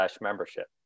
membership